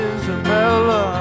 Isabella